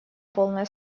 полное